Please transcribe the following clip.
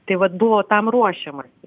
tai vat buvo tam ruošiamasi